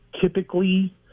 typically